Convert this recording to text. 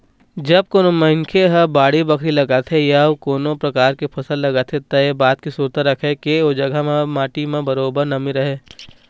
जब कोनो मनखे ह बाड़ी बखरी लगाथे या अउ कोनो परकार के फसल लगाथे त ऐ बात के सुरता राखय के ओ जघा म माटी म बरोबर नमी रहय